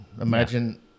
Imagine